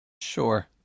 Sure